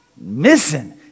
missing